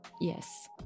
Yes